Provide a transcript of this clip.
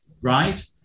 right